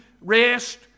rest